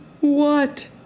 what